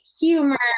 humor